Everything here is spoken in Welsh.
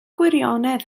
gwirionedd